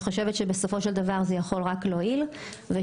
הידברות שיכולה להועיל תמיד,